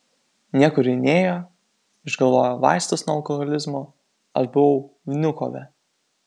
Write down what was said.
niekur ji nėjo išgalvojo vaistus nuo alkoholizmo aš buvau vnukove